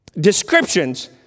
descriptions